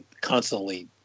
constantly